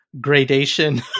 gradation